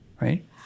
right